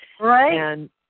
right